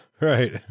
Right